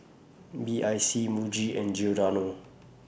B I C Muji and Giordano